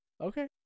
Okay